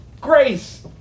Grace